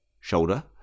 shoulder